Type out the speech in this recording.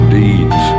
deeds